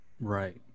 Right